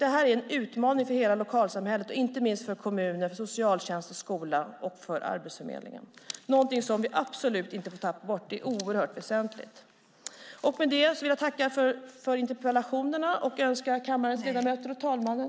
Det här är en utmaning för hela lokalsamhället, inte minst för kommuner, socialtjänst, skola och arbetsförmedling. Det är något som vi absolut inte får tappa bort - det är oerhört väsentligt. Med detta vill jag tacka för interpellationerna och önska kammarens ledamöter och fru talmannen .